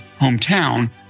hometown